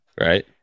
Right